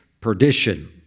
perdition